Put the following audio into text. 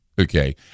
okay